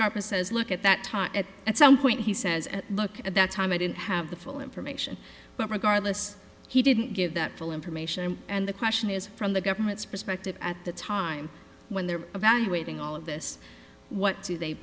scarper says look at that time at some point he says and look at that time i didn't have the full information but regardless he didn't give that full information and the question is from the government's perspective at the time when they're evaluating all of this what do they